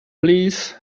please